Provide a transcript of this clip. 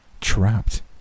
trapped